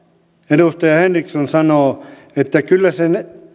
edustaja henriksson sanoo että kyllä se